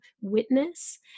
witness